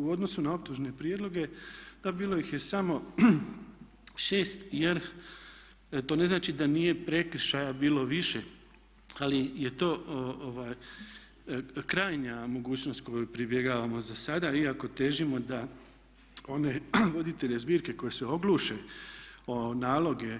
U odnosu na optužne prijedloge, da bilo ih je samo 6 jer to ne znači da nije prekršaja bilo više ali je to krajnja mogućnost kojoj pribjegavamo za sada iako težimo da one voditelje zbirke koje se ogluše o naloge,